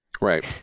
Right